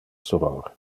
soror